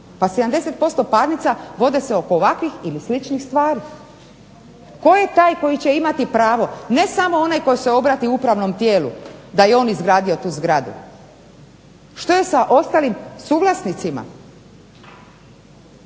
Pa 70% parnica vode se oko ovakvih ili sličnih stvari. Tko je taj koji će imati pravo? Ne samo onaj koji se obrati upravnom tijelu da je on izgradio tu zgradu, što je sa ostalim suvlasnicima?